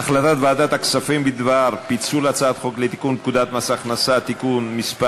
החלטת ועדת הכספים בדבר פיצול הצעת חוק לתיקון פקודת מס הכנסה (מס'